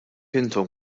intom